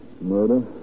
murder